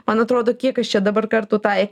man atrodo kiek aš čia dabar kartų tą